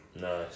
Nice